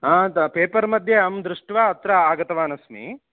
हा त पेपर्मध्ये अहं दृष्ट्वा अत्र आगतवानस्मि